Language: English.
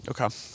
Okay